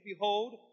Behold